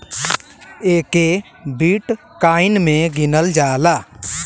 एके बिट्काइन मे गिनल जाला